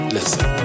Listen